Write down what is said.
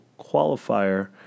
Qualifier